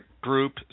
group